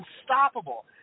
unstoppable